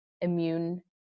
immune